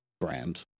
brand